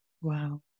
Wow